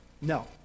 No